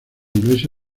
iglesia